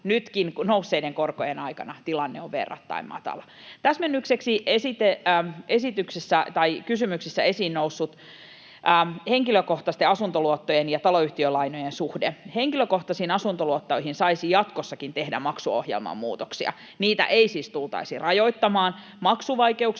nyt nousseiden korkojen aikanakin, tilanne on verrattain matala. Täsmennykseksi kysymyksissä esiin nousseeseen henkilökohtaisten asuntoluottojen ja taloyhtiölainojen suhteeseen: Henkilökohtaisiin asuntoluottoihin saisi jatkossakin tehdä maksuohjelmamuutoksia. Niitä ei siis tultaisi rajoittamaan. Maksuvaikeuksien